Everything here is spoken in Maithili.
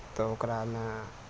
तऽ ओकरामे